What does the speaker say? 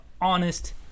honest